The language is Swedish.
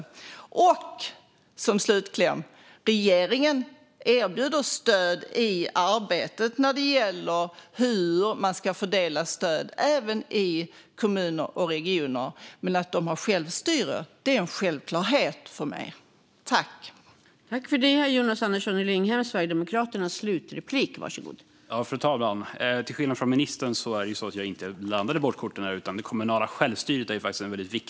Som slutkläm vill jag nämna att regeringen erbjuder stöd i arbetet när det gäller hur stöd ska fördelas, även i kommuner och regioner. Men det kommunala självstyret är en självklarhet för mig.